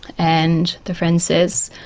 and the friend says,